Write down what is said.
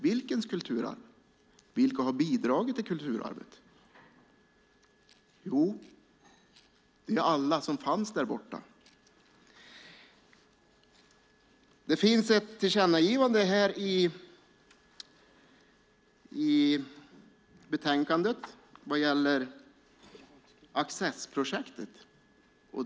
Vilkas kulturarv? Vilka har bidragit till kulturarvet? Jo, alla som fanns där. Det finns ett tillkännagivande i betänkandet när det gäller Accessprojektet.